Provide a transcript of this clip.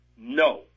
no